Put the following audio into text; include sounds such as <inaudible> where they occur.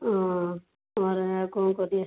ହଁ <unintelligible> ଆଉ କ'ଣ କରିବା